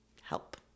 help